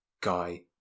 guy